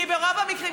כי ברוב המקרים,